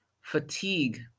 fatigue